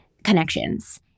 connections